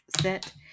set